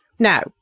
Now